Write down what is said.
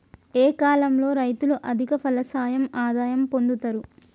ఏ కాలం లో రైతులు అధిక ఫలసాయం ఆదాయం పొందుతరు?